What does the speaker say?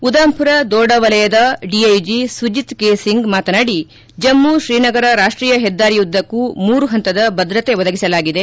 ಉದಾಂಪುರ ದೋಡ ವಲಯದ DIG Sujit K Singh ಮಾತನಾಡಿ ಜಮ್ನು ಶ್ರೀನಗರ ರಾಷ್ಲೀಯ ಹೆದ್ದಾರಿ ಉದ್ದಕ್ಕೂ ಮೂರು ಹಂತದ ಭದ್ರತೆ ಒದಗಿಸಲಾಗಿದೆ